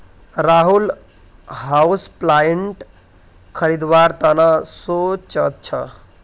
Rahul houseplant खरीदवार त न सो च छ